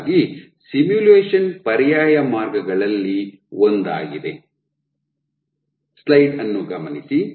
ಹೀಗಾಗಿ ಸಿಮ್ಯುಲೇಶನ್ ಪರ್ಯಾಯ ಮಾರ್ಗಗಳಲ್ಲಿ ಒಂದಾಗಿದೆ ಸಮಯ ಗಮನಿಸಿ 1403